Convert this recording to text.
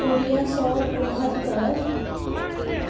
उणिवीह सौ उणहतरि